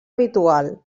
habitual